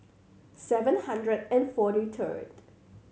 seven hundred and forty third